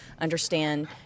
understand